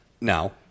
now